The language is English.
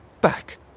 back